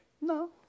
No